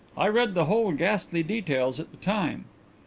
i read the whole ghastly details at the time.